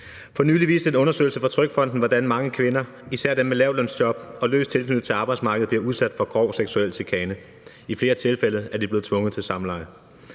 For nylig viste en undersøgelse fra TrygFonden, hvordan mange kvinder, især dem med lavtlønsjob og en løs tilknytning til arbejdsmarkedet, bliver udsat for grov seksuel chikane, og i flere tilfælde er de blevet tvunget til samleje.